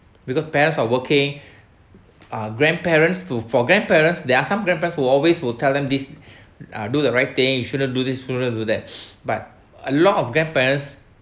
because parents are working our grandparents to for grandparents there are some grandparents who always will tell him this uh do the right thing you shouldn't do this you shouldn't do that but a lot of grandparents